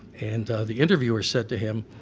and the interviewer said to him,